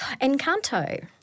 Encanto